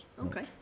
Okay